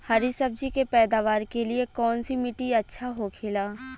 हरी सब्जी के पैदावार के लिए कौन सी मिट्टी अच्छा होखेला?